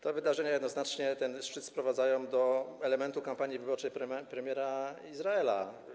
Te wydarzenia jednoznacznie ten szczyt sprowadzają do elementu kampanii wyborczej premiera Izraela.